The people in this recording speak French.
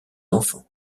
enfants